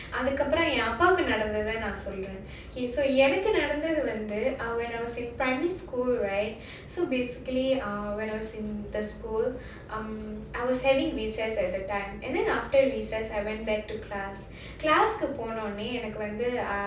அதுக்கப்புறம் என் அப்பாவுக்கு நடந்ததை சொல்றேன்:adhukapuram en appavuku nadanthathai soldren K so எனக்கு நடந்தது வந்துenakku nadanthathu vanthu uh when I was in primary school right so basically uh when I was in the school um I was having recess at the time and then after recess I went back to class class போன உடனே எனக்கு வந்து:pona udanae enakku vandhu